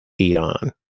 Eon